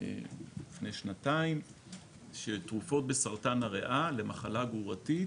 בערך לפני שנתיים שתרופות לסרטן הראיה למחלה גרורתית